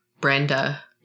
Brenda